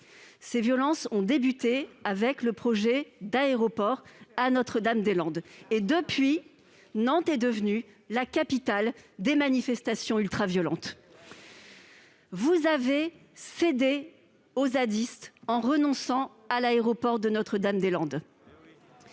Les violences ont commencé avec le projet d'aéroport à Notre-Dame-des-Landes. Depuis, Nantes est devenue la capitale des manifestations ultraviolentes. Vous avez cédé aux zadistes en renonçant à l'aéroport de Notre-Dame-des-Landes,